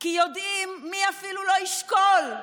כי יודעים מי אפילו לא ישקול.